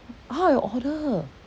how I order